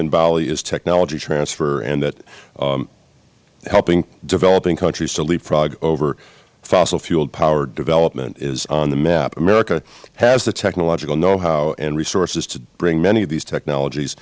in bali is technology transfer and that helping developing countries to leapfrog over fossil fuel powered development is on the map america has the technological know how and resources to bring many of these technologies